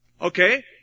Okay